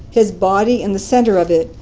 his body in the center of it,